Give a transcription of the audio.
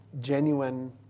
genuine